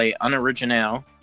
unoriginal